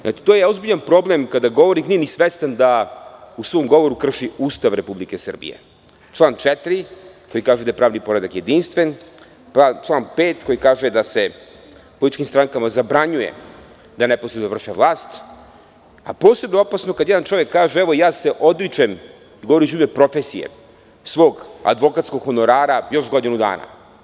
Znate, to je ozbiljan problem kada govornik nije ni svestan da u svom govoru krši Ustav Republike Srbije, član 4 - koji kaže da je pravni poredak jedinstven, član 5 – koji kaže da se političkim strankama zabranjuje da neposredno vrše vlast, a posebno je opasno kada jedan čovek kaže – evo, ja se u ime profesije odričem svog advokatskog honorara još godinu dana.